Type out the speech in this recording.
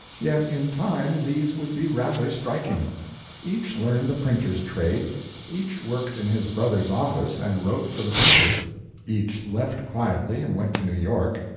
yet in time these would be rather striking each learned the printer's trade each worked in his brother's office and wrote for the paper each left quietly and went to new york,